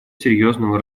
серьезного